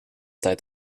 tijd